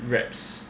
wraps